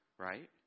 Right